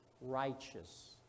righteous